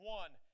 one